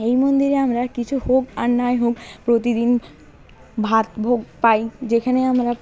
এই মন্দিরে আমরা কিছু হোক আর নাই হোক প্রতিদিন ভাত ভোগ পাই যেখানে আমরা